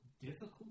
difficult